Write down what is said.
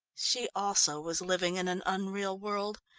she also was living in an unreal world,